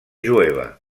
jueva